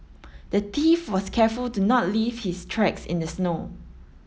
the thief was careful to not leave his tracks in the snow